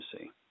see